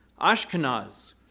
Ashkenaz